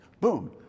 boom